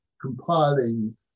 compiling